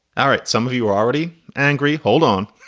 all right. some of you are already angry. hold on.